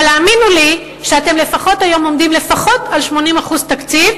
אבל האמינו לי שאתם עומדים היום לפחות על 80% תקציב,